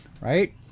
Right